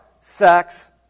sex